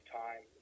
time